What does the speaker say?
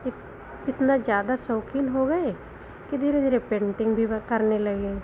इतना ज़्यादा शौकीन हो गए कि धीरे धीर पेन्टिंग भी करने लगे